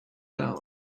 down